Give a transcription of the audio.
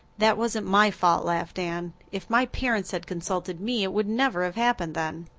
that wasn't my fault, laughed anne. if my parents had consulted me it would never have happened then.